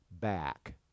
back